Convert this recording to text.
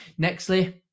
Nextly